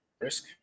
risk